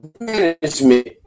Management